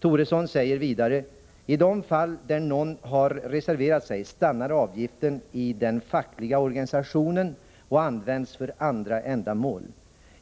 Toresson uttalade vidare: ”I de fall där någon har reserverat sig stannar avgiften i den fackliga organisationen och används för andra ändamål.